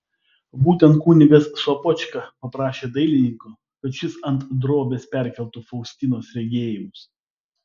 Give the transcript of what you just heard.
būtent kunigas sopočka paprašė dailininko kad šis ant drobės perkeltų faustinos regėjimus